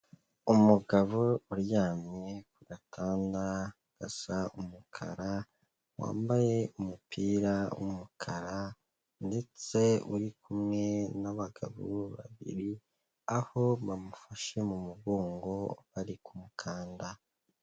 Umugabo uryamye ku gatanda gasa umukara, wambaye umupira w'umukara ndetse uri kumwe n'abagabo babiri, aho bamufashe mu mugongo bari kumukanda.